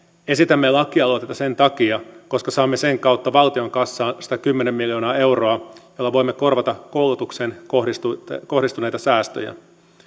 esitämme lakialoitetta sen takia koska saamme sen kautta valtion kassaan satakymmentä miljoonaa euroa joilla voimme korvata koulutukseen kohdistuneita kohdistuneita säästöjä